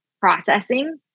processing